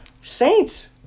Saints